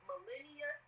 millennia